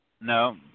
No